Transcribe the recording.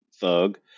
thug